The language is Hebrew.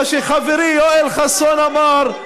שחברי יואל חסון אמר,